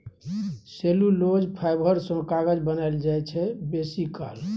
cellulose fibre सँ कागत बनाएल जाइ छै बेसीकाल